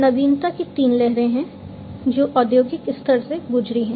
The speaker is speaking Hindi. नवीनता की तीन लहरें हैं जो औद्योगिक स्तर से गुजरी हैं